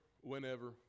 whenever